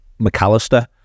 McAllister